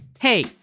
Hey